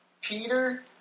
Peter